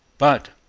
but,